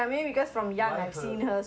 ah okay makes sense